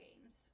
games